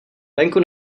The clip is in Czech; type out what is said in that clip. venku